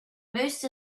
most